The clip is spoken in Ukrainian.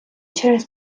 через